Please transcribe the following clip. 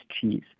cheese